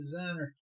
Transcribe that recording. designer